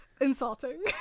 insulting